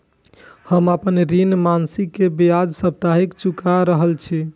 हम आपन ऋण मासिक के ब्याज साप्ताहिक चुका रहल छी